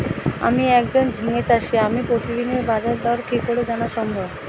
আমি একজন ঝিঙে চাষী আমি প্রতিদিনের বাজারদর কি করে জানা সম্ভব?